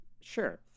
Sure